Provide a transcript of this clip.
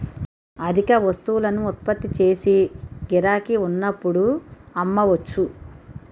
అధిక వస్తువులను ఉత్పత్తి చేసి గిరాకీ ఉన్నప్పుడు అమ్మవచ్చు